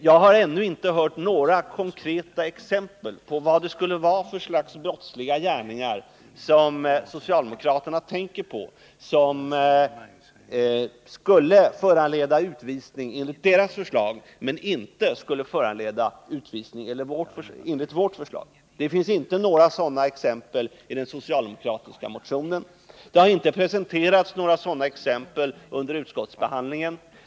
Jag har ännu inte hört något konkret exempel på vad det skulle vara för slags brottsliga gärningar som socialdemokraterna tänker på som skulle föranleda utvisning enligt deras förslag men inte enligt vårt förslag. Det finns inte några sådana exempeli den socialdemokratiska motionen. Det har inte presenterats några sådana exempel under utskottsbehandlingen.